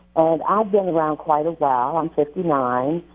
and i've been around quite a while. i'm fifty nine,